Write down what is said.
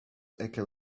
echo